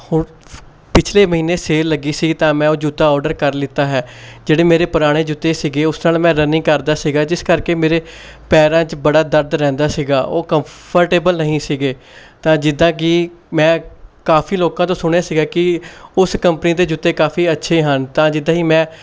ਹੁਣ ਫ ਪਿਛਲੇ ਮਹੀਨੇ ਸੇਲ ਲੱਗੀ ਸੀ ਤਾਂ ਮੈਂ ਉਹ ਜੁੱਤਾ ਔਰਡਰ ਕਰ ਲਿੱਤਾ ਹੈ ਜਿਹੜੇ ਮੇਰੇ ਪੁਰਾਣੇ ਜੁੱਤੇ ਸੀਗੇ ਉਸ ਨਾਲ਼ ਮੈਂ ਰਨਿੰਗ ਕਰਦਾ ਸੀਗਾ ਜਿਸ ਕਰਕੇ ਮੇਰੇ ਪੈਰਾਂ 'ਚ ਬੜਾ ਦਰਦ ਰਹਿੰਦਾ ਸੀਗਾ ਉਹ ਕੰਫਰਟੇਬਲ ਨਹੀਂ ਸੀਗੇ ਤਾਂ ਜਿੱਦਾਂ ਕਿ ਮੈਂ ਕਾਫ਼ੀ ਲੋਕਾਂ ਤੋਂ ਸੁਣਿਆ ਸੀਗਾ ਕਿ ਉਸ ਕੰਪਨੀ ਦੇ ਜੁੱਤੇ ਕਾਫ਼ੀ ਅੱਛੇ ਹਨ ਤਾਂ ਜਿੱਦਾਂ ਹੀ ਮੈਂ